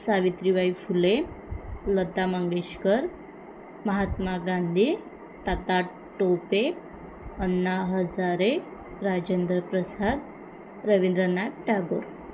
Savitribai Phule Lata Mangeshkar Mahatma Gandhi Tatya Tope Anna Hazare Rajendra Prasad Rabindranath Tagore